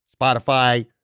Spotify